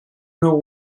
know